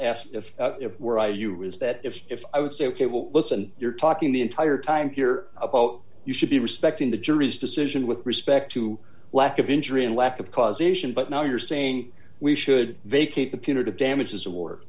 ask if i were you is that if if i would say ok well listen you're talking the entire time here you should be respecting the jury's decision with respect to lack of injury and lack of causation but now you're saying we should vacate the punitive damages award